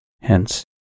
Hence